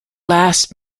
last